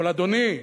אבל, אדוני,